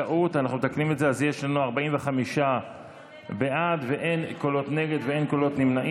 תוצאות ההצבעה הן 44 בעד, אין מתנגדים,